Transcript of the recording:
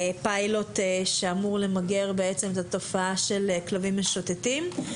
פיילוט שאמור למגר את התופעה של כלבים משוטטים.